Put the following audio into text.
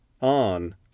on